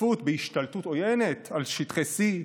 השתתפות בהשתלטות עוינת על שטחי C,